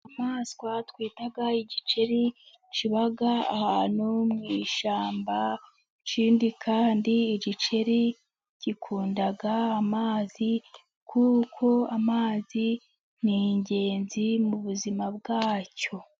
Inyayamaswa twita igikeri kiba ahantu mu ishyamba, ikindi kandi igikeri gikunda amazi kuko amazi ni ingenzi mubuzima bwacyo.